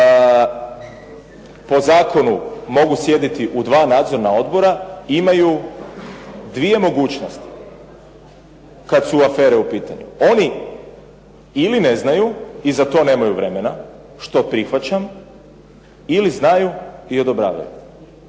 po zakonu mogu sjediti u dva nadzorna odbora imaju dvije mogućnosti kad su afere u pitanju. Oni ili ne znaju i za to nemaju vremena što prihvaćam ili znaju i odobravaju.